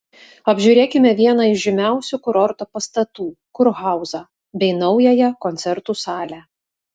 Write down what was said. apžiūrėkime vieną iš žymiausių kurorto pastatų kurhauzą bei naująją koncertų salę